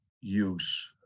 use